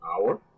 hour